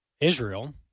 Israel